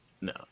No